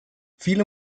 viele